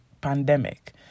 pandemic